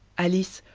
alice,